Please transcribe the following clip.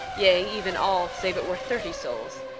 yea, even all, save it were thirty souls,